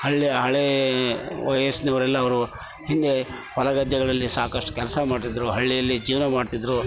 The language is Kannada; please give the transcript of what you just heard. ಹಳ್ಳಿ ಹಳೆ ವಯಸ್ಸಿವ್ರೆಲ್ಲ ಅವರು ಹಿಂದೆ ಹೊಲ ಗದ್ದೆಗಳಲ್ಲಿ ಸಾಕಷ್ಟು ಕೆಲಸ ಮಾಡ್ತಿದ್ದರು ಹಳ್ಳಿಯಲ್ಲಿ ಜೀವನ ಮಾಡ್ತಿದ್ದರು